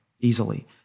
easily